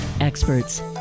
experts